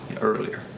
earlier